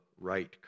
right